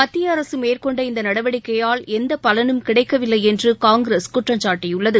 மத்திய அரசு மேற்கொண்ட இந்த நடவடிக்கையால் எந்த பலனும் கிடைக்கவில்லை என்று காங்கிரஸ் குற்றம்சாட்டியுள்ளது